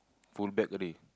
full black already